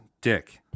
dick